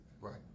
Right